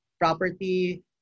property